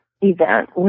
event